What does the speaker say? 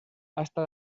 hasta